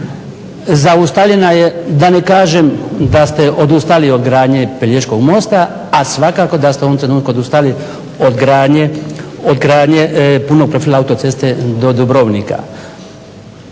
zaustavljena je da ne kažem da ste odustali od gradnje Pelješkog mosta, a svakako da ste u ovom trenutku odustali od gradnje punog profila autoceste do Dubrovnika.